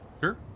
Sure